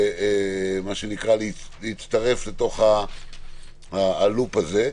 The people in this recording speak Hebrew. להצטרף לתוך הלופ הזה.